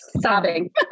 sobbing